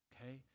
Okay